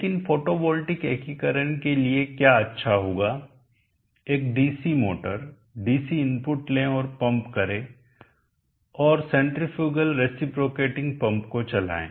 लेकिन फोटोवोल्टिक एकीकरण के लिए क्या अच्छा होगा एक डीसी मोटर डीसी इनपुट ले और पंप करें और सेंट्रीफ्यूगल रेसिप्रोकेटिंग पंप को चलाए